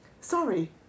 Sorry